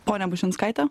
ponia bušinskaite